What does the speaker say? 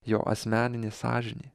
jo asmeninė sąžinė